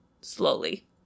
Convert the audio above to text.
slowly